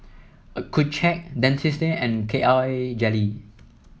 Accucheck Dentiste and K I jelly